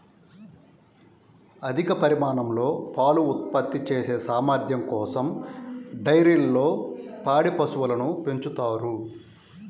అధిక పరిమాణంలో పాలు ఉత్పత్తి చేసే సామర్థ్యం కోసం డైరీల్లో పాడి పశువులను పెంచుతారు